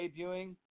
debuting